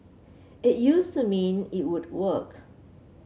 it used to mean it would work